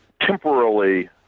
temporarily